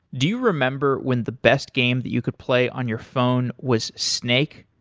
do you remember when the best game that you could play on your phone was snake?